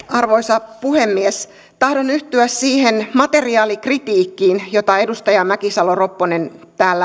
arvoisa puhemies tahdon yhtyä siihen materiaalikritiikkiin jota edustaja mäkisalo ropponen täällä